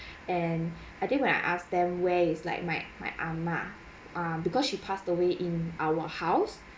and I think I asked them where is like my my ah ma ah because she passed away in our house